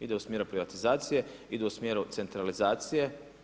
Ide u smjeru privatizacije, ide u smjeru centralizacije.